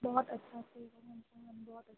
बहुत अच्छा